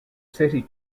city